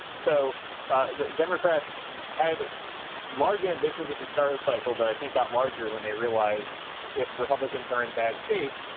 so ah the democrats had large ambitions at the start of the cycle that i think got larger when they realized if republicans are in bad shape.